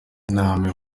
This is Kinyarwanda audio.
imana